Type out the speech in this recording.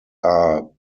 are